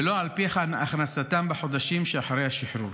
ולא לפי הכנסתם בחודשים שאחרי השחרור.